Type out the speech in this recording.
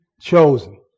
chosen